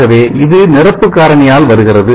ஆகவே இது நிரப்பு காரணியால் வருகிறது